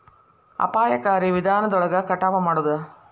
ಅಪಾಯಕಾರಿ ವಿಧಾನದೊಳಗ ಕಟಾವ ಮಾಡುದ